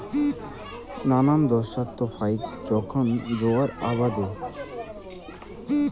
নানান দ্যাশত ফাইক জোখন জোয়ার আবাদ করাং হই পশু খাবার হিছাবে চইলের বাদে